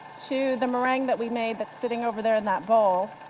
to the meringue that we made that's sitting over there in that bowl,